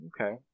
okay